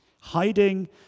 hiding